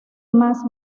más